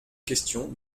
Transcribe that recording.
question